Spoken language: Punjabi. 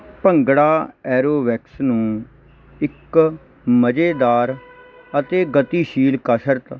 ਭੰਗੜਾ ਐਰੋਵੈਕਸ ਨੂੰ ਇੱਕ ਮਜੇਦਾਰ ਅਤੇ ਗਤੀਸ਼ੀਲ ਕਸਰਤ